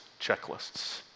checklists